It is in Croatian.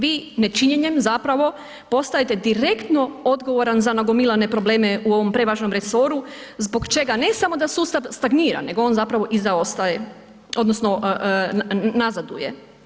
Vi nečinjenjem zapravo postajete direktno odgovoran za nagomilane probleme u ovom prevažnom resoru zbog čega ne samo da sustav stagnira nego on zapravo i zaostaje odnosno nazaduje.